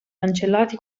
cancellati